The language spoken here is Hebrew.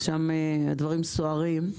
זה שימח אותי מאוד.